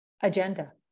agenda